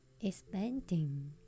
expanding